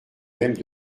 même